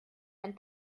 ein